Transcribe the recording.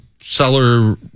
seller